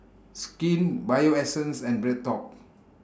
Skin Bio Essence and BreadTalk